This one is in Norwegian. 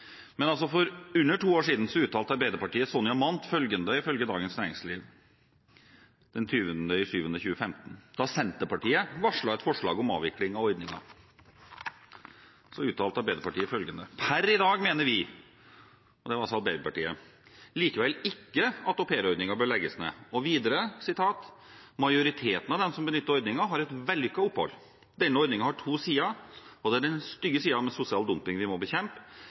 For under to år siden, den 20. juli 2015, uttalte Arbeiderpartiets Sonja Mandt følgende til Dagens Næringsliv, da Senterpartiet varslet et forslag om avvikling av ordningen: «Men per i dag mener vi likevel ikke au pair-ordningen bør legges ned.» Og videre: «Majoriteten av dem som benytter ordningen, har et vellykket opphold. Denne ordningen har to sider, og det er den stygge siden med sosial dumping vi må bekjempe.